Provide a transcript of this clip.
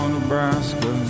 Nebraska